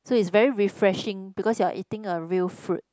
so it's very refreshing because you're eating a real fruit